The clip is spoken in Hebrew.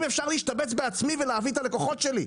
אפשר להשתבץ בעצמי ולהביא את הלקוחות שלי.